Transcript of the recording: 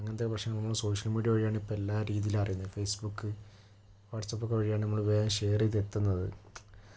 അങ്ങനത്തെ പ്രശ്നങ്ങള് social media വഴിയാണ് ഇപ്പോൾ എല്ലാ രീതിയിലും അറിയുന്നത് ഫേസ്ബുക് വാട്സപ്പൊക്കെ വഴിയാണ് നമ്മൾ വേഗം ഷെയർ ചെയ്തെത്തുന്നത്